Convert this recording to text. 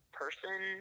person